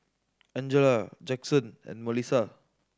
Angella Jaxon and Melissa